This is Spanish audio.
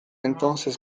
entonces